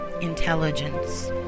intelligence